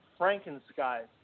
Franken-Skies